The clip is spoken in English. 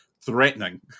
threatening